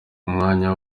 n’umwanya